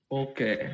okay